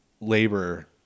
labor